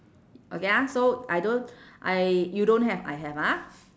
okay ah so I don't I you don't have I have ah